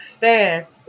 fast